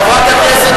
חברת הכנסת